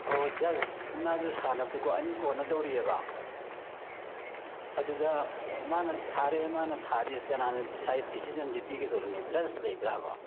ꯑꯣ ꯖꯁ ꯃꯨꯛꯅꯥꯁꯦ ꯁꯥꯟꯅꯕꯗꯀꯣ ꯑꯅꯤ ꯀꯣꯅꯗꯧꯔꯤꯑꯕ ꯑꯗꯨꯗ ꯃꯥꯅ ꯊꯥꯔꯦ ꯃꯥꯅ ꯊꯥꯗꯦꯁꯦ ꯀꯅꯥꯅ ꯗꯤꯁꯥꯏꯠ ꯗꯤꯁꯤꯖꯟꯁꯦ ꯄꯤꯒꯗꯧꯔꯤꯕꯅꯣ ꯖꯁ ꯂꯩꯕ꯭ꯔꯥ ꯍꯥꯏꯕ